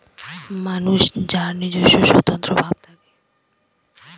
মানুষ যার নিজস্ব স্বতন্ত্র ভাব থাকে